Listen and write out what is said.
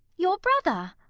your brother!